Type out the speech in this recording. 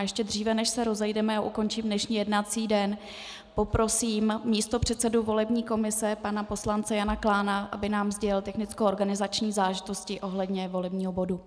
Ještě dříve než se rozejdeme a ukončím dnešní jednací den, poprosím místopředsedu volební komise pana poslance Jana Klána, aby nám sdělil technickoorganizační záležitosti ohledně volebního bodu.